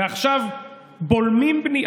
ועכשיו בולמים בנייה.